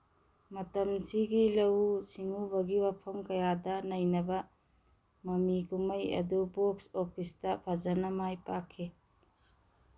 ꯃꯇꯝꯁꯤꯒꯤ ꯂꯧꯎ ꯁꯤꯡꯎꯕꯒꯤ ꯋꯥꯐꯝ ꯀꯌꯥꯗ ꯅꯩꯅꯕ ꯃꯃꯤ ꯀꯨꯝꯍꯩ ꯑꯗꯨ ꯕꯣꯛꯁ ꯑꯣꯐꯤꯁꯇ ꯐꯖꯅ ꯃꯥꯏ ꯄꯥꯛꯈꯤ